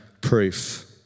proof